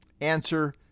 Answer